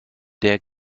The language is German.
der